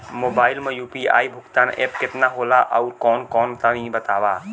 Mobile म UPI भुगतान app केतना होला आउरकौन कौन तनि बतावा?